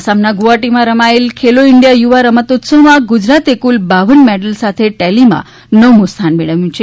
આસામના ગુવાહાટીમાં રમાયેલી ખેલો ઇન્ડિયા યુવા રમતોત્સવમાં ગુજરાતે કુલ બાવન મેડલ ટેલિમાં નવમું સ્થાન મેળવ્યું છે